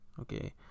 okay